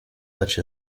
such